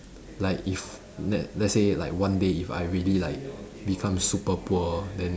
like if let let's say like one day if I really like become super poor then